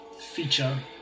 feature